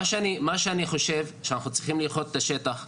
מה שאני חושב שאנחנו צריכים לבחון את השטח.